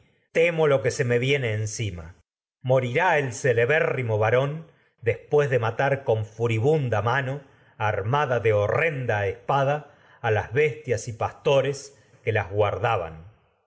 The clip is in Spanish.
temo lo me encima morirá celebérri mo varón después de matar con furibunda de horrenda mano arma da espada a las bestias y pastores que las guardaban